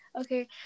okay